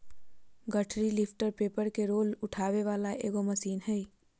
गठरी lifter paper के roll उठावे वाला एगो मशीन हइ